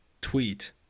tweet